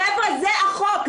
חבר'ה, זה החוק.